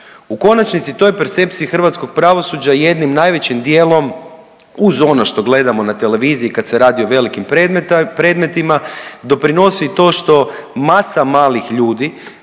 U konačnici, toj percepciji hrvatskog pravosuđa jednim najvećim dijelom uz ono što gledamo na televiziji kad se radi o velikim predmetima, doprinosi to što masa malih ljudi